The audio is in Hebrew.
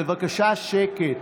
בבקשה שקט.